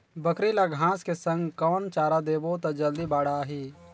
बकरी ल घांस के संग कौन चारा देबो त जल्दी बढाही?